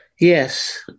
Yes